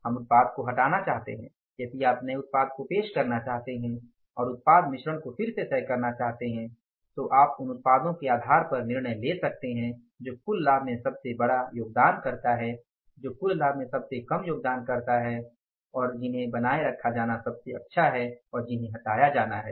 हम उत्पाद को हटाना चाहते हैं यदि आप नए उत्पाद को पेश करना चाहते है और उत्पाद मिश्रण को फिर से तय करना चाहते हैं तो आप उन उत्पादों के आधार पर निर्णय ले सकते हैं जो कुल लाभ में सबसे बड़ा योगदानकर्ता हैं जो कुल लाभ में सबसे कम योगदानकर्ता हैं लाभ और जिन्हें बनाए रखा जाना सबसे अच्छा है और जिन्हें हटाया जाना है